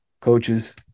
coaches